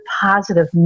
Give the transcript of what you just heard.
positive